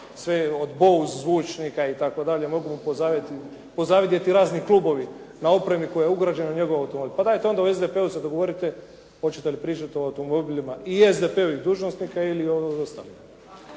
razumije./… zvučnika, itd., mogu mu pozavidjeti razni klubovi na opremi koja je ugrađena u njegov automobil. Pa dajte onda u SDP-u se dogovorite hoćete li pričati o automobilima i SDP-u i dužnosnika ili o ostalim.